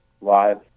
live